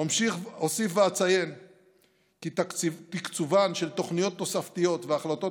אוסיף ואציין כי תקצובן של תוכניות תוספתיות והחלטות